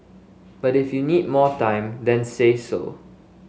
but if you need more time then say so